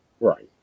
Right